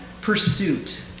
pursuit